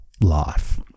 life